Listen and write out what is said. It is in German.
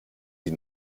die